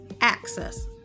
access